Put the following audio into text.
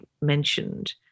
mentioned